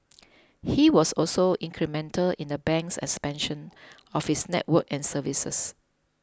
he was also incremental in the bank's expansion of its network and services